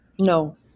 No